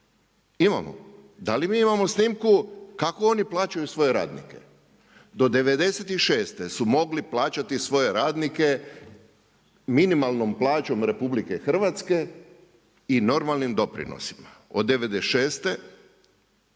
imamo. Da li mi imamo snimku kako oni plaćaju svoje radnike? Do '96. su mogli plaćati svoje radnike minimalnom plaćom RH, i normalnim doprinosima. Od '96.,